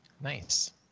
Nice